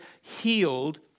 healed